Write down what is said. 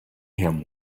him